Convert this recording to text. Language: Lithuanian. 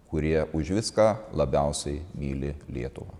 kurie už viską labiausiai myli lietuvą